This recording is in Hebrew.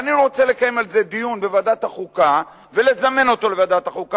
ואני רוצה לקיים על זה דיון בוועדת החוקה ולזמן אותו לוועדת החוקה